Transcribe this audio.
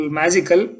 magical